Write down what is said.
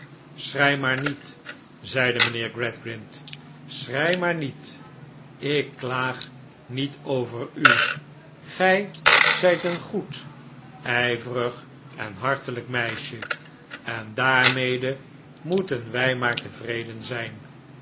schrei maar niet zeide mijnheer gradgrind schrei maar niet ik klaag niet over u gij zijt een goed ijverig en hartelijk meisje en en daarmede moeten wij maar tevreden zijn